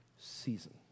season